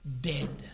dead